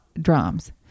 drums